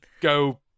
go